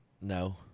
No